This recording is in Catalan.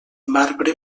marbre